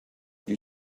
you